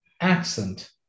accent